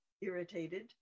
irritated